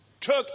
took